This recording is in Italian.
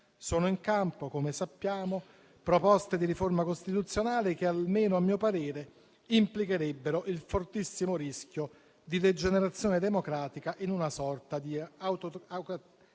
Sono in campo - come sappiamo - proposte di riforma costituzionale che, almeno a mio parere, implicherebbero il fortissimo rischio di degenerazione democratica, in una sorta di autocrazia